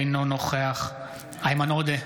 אינו נוכח איימן עודה,